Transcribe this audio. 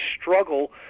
struggle